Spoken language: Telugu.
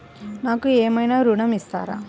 నాకు ఏమైనా ఋణం ఇస్తారా?